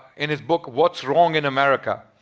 in his book what's wrong in america?